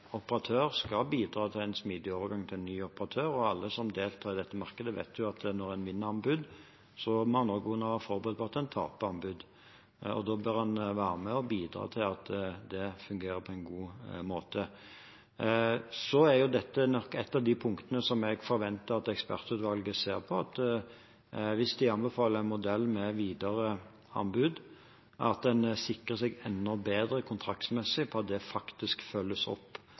operatør skal bidra til en smidig overgang til en ny operatør. Alle som deltar i dette markedet, vet at når en vinner anbud, må en også kunne være forberedt på at en taper anbud. Da bør en være med og bidra til at det fungerer på en god måte. Dette er nok et av de punktene som jeg forventer at ekspertutvalget ser på, at en, hvis de anbefaler en modell med videre anbud, sikrer seg enda bedre kontraktsmessig på at det faktisk følges opp